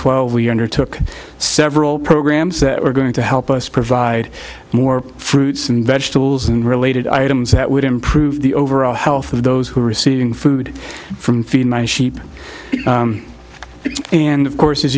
twelve we undertook several programs that were going to help us provide more fruits and vegetables and related items that would improve the overall health of those who are receiving food from feed my sheep and of course as